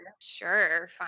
Sure